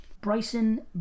Bryson